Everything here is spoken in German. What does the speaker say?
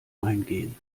eingehen